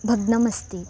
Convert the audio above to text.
भग्नः अस्ति